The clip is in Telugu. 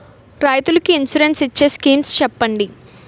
రైతులు కి ఇన్సురెన్స్ ఇచ్చే స్కీమ్స్ చెప్పండి?